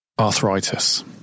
arthritis